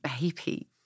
baby